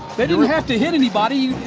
they didn't have to hit anybody.